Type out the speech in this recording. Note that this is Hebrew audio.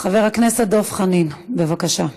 חבר הכנסת דב חנין, בבקשה.